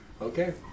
Okay